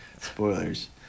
Spoilers